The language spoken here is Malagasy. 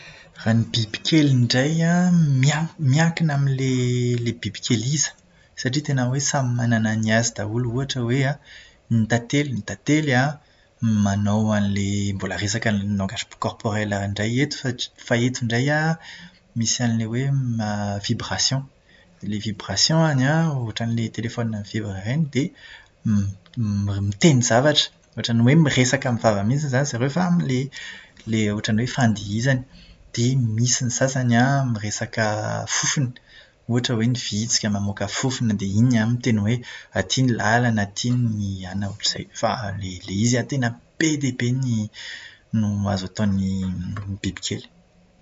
Raha ny bibikely indray an, miankina amin'ilay ilay bibikely iza. Satria tena hoe samy manana ny azy daholo ohatra hoe an, ny tantely ny tantely an, manao an'ilay mbola resaka ny "langage corporel" indray eto fa- fa eto indray an, misy an'ilay hoe "vibration". Ilay "vibration" any an, ohatran'ny hoe ilay telefaonina mivibra ireny dia, mi- miteny zavatra. Ohatran'ny hoe miresaka amin'ny vava mihitsiny zany zareo fa amin'ilay- ilay ohatran'ny hoe fandihizany. Dia misy ny sasany an, miresaka fofona. Ohatra hoe ny vitsika mamoaka fofona dia iny an miteny hoe aty ny lalana, aty ny anona ohatr'izany. Fa ilay izy an, tena be dia be ny no azo ataon'ny bibikely.